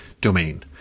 domain